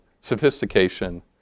sophistication